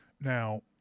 Now